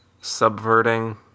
subverting